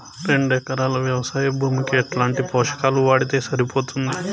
రెండు ఎకరాలు వ్వవసాయ భూమికి ఎట్లాంటి పోషకాలు వాడితే సరిపోతుంది?